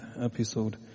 episode